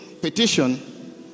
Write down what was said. petition